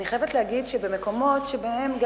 אני חייבת להגיד שבמקומות שבהם,